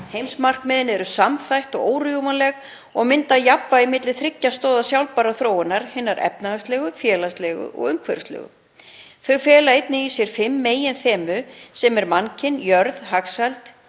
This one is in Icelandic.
Heimsmarkmiðin eru samþætt og órjúfanleg og mynda jafnvægi milli þriggja stoða sjálfbærrar þróunar, hinnar efnahagslegu, félagslegu og umhverfislegu. Þau fela einnig í sér fimm meginþemu sem eru: Mannkyn, jörð, hagsæld,